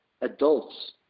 adults